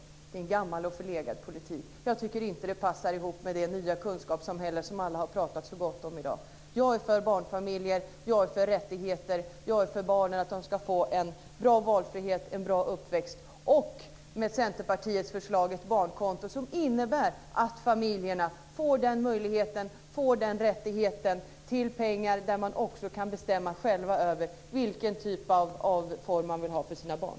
Det är en gammal och förlegad politik. Jag tycker inte att den passar ihop med det nya kunskapssamhället, som alla har talat så gott om i dag. Jag är för barnfamiljers rättigheter. Jag är för att barn ska ha en bra valfrihet och en bra uppväxt. Centerpartiets förslag om ett barnkonto innebär att familjerna får rättigheten till pengar, så att de själva kan bestämma vilken form av barnomsorg de vill ha för sina barn.